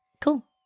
Cool